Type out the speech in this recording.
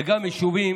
וגם יישובים